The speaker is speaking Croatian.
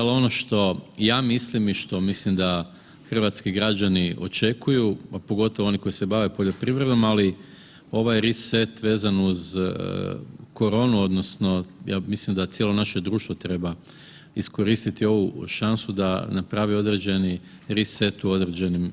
Al ono što ja mislim i što mislim da hrvatski građani očekuju, a pogotovo oni koji se bave poljoprivredom, ali ovaj risset vezano uz koronu odnosno ja mislim da cijelo naše društvo treba iskoristiti ovu šansu da napravi određeni risset u određenim